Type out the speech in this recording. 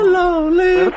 lonely